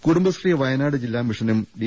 കുടുംബശ്രീ വയനാട് ജില്ലാ മിഷനും ഡി